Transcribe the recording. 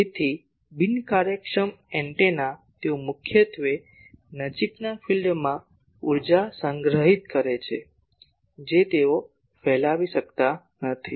તેથી બિનકાર્યક્ષમ એન્ટેના તેઓ મુખ્યત્વે નજીકના ફિલ્ડમાં ઊર્જા સંગ્રહિત કરે છે જે તેઓ ફેલાવી શકતા નથી